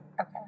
okay